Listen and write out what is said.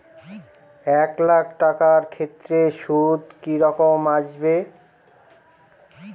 এক লাখ টাকার ক্ষেত্রে সুদ কি রকম আসবে?